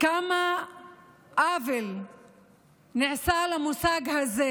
כמה עוול נעשה למושג הזה.